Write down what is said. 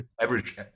average